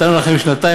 מיקי, נתנו לכם שנתיים.